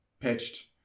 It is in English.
pitched